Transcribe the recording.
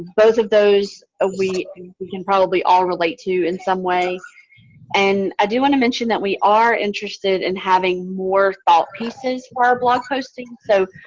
both of those ah we we can probably all relate to in some way and i do want to mention that we are interested in having more thought pieces for our blog postings. so,